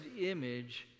image